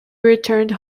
returned